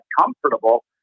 comfortable